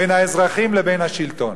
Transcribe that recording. בין האזרחים לבין השלטון.